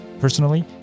Personally